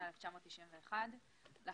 התשנ"א-1991 (להלן החוק),